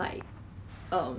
yeah